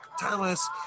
Thomas